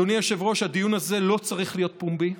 אדוני היושב-ראש, הדיון הזה לא צריך להיות פומבי,